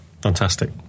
Fantastic